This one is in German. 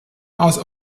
aus